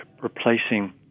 replacing